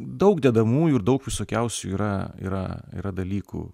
daug dedamųjų daug visokiausių yra yra yra dalykų